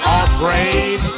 afraid